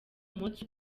umunsi